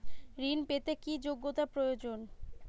ঋণ পেতে কি যোগ্যতা প্রয়োজন?